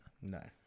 No